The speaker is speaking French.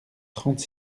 trente